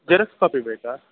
xerox copy ಬೇಕಾ